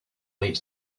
each